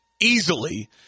easily